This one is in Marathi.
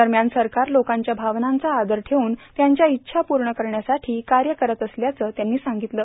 दरम्यान सरकार लोकांच्या भावनांचा आदर ठेवून त्यांच्या इच्छा पूर्ण करण्यासाठी कार्य करत असल्याचं देखिल ते म्हणाले